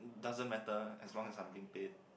doesn't matter as long as I'm being paid